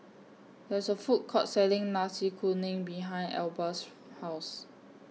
There IS A Food Court Selling Nasi Kuning behind Elba's House